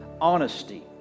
honesty